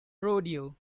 rodeo